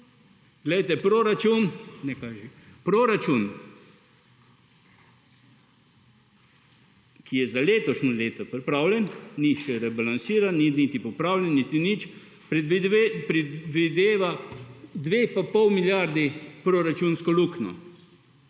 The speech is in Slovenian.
poglejte, proračun, ki je za letošnje leto pripravljen, ni še rebalansiran, ni niti popravljen niti nič, predvideva 2,5 milijardi proračunsko luknjo